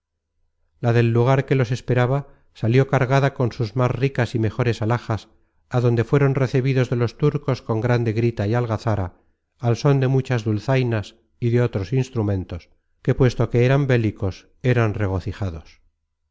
la del lugar que los esperaba salió cargada con sus más ricas y mejores alhajas adonde fueron recebidos de los turcos con grande grita y algazara al són de muchas dulzainas y de otros instrumentos que puesto que eran bélicos eran regocijados